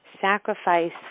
sacrifice